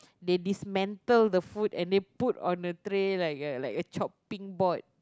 they dismantle the food and they put on the tray like a like a chopping board